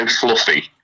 fluffy